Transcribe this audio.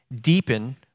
deepen